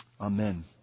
Amen